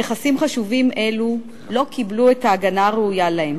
נכסים חשובים אלו לא קיבלו את ההגנה הראויה להם,